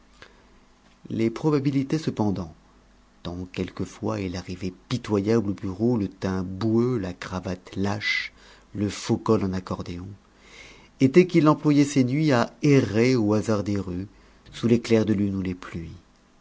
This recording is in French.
les probabilités cependant tant quelquefois il arrivait pitoyable au bureau le teint boueux la cravate lâche le faux col en accordéon étaient qu'il employait ses nuits à errer au hasard des rues sous les clairs de lune ou les pluies